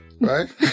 right